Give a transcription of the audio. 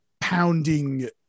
pounding